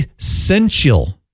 essential